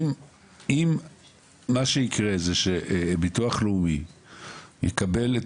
אם מה שיקרה זה שביטוח לאומי יקבל את